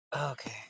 Okay